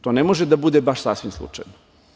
To ne može da bude baš sasvim slučajno.